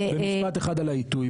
במשפט אחד על העיתוי,